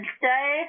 stay